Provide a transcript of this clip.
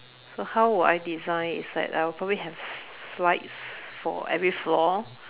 so how would I design is like I probably have slides for every floor